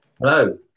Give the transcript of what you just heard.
hello